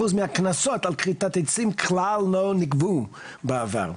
מהקנסות על כריתת עצים כלל לא נגבו בעבר.